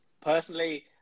Personally